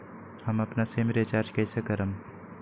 हम अपन SIM recharge कइसे करम?